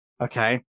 okay